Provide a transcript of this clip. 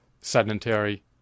sedentary